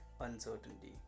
uncertainty